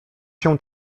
się